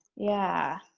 yeah.